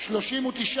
מנחם אליעזר מוזס נתקבלה.